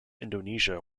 indonesia